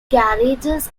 garages